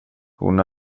hon